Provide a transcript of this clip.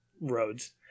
roads